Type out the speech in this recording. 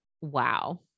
Wow